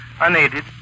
unaided